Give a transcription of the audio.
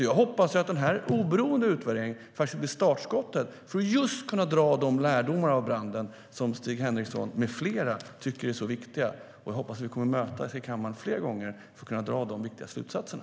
Jag hoppas att den oberoende utvärderingen blir startskottet för att just kunna dra de lärdomar av branden som Stig Henriksson med flera tycker är så viktiga. Jag hoppas att vi kommer att mötas i kammaren fler gånger för att kunna dra de viktiga slutsatserna.